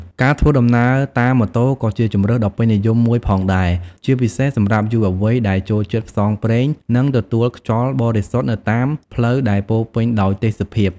ការធ្វើដំណើរតាមម៉ូតូក៏ជាជម្រើសដ៏ពេញនិយមមួយផងដែរ ជាពិសេសសម្រាប់យុវវ័យដែលចូលចិត្តផ្សងព្រេងនិងទទួលខ្យល់បរិសុទ្ធនៅតាមផ្លូវដែលពោរពេញដោយទេសភាព។